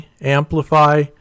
amplify